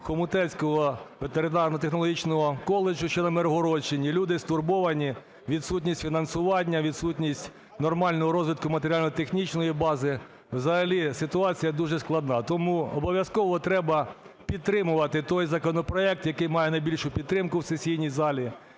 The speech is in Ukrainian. Хомутецького ветеринарно-технологічного коледжу, що на Миргородщині. Люди стурбовані: відсутність фінансування, відсутність нормального розвитку матеріально-технічної бази, взагалі ситуація дуже складна. Тому обов'язково треба підтримувати той законопроект, який має найбільшу підтримку в сесійній залі.